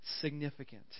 significant